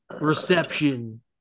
reception